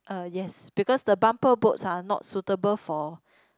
uh yes because the bumper boats are not suitable for